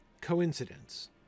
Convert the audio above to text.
coincidence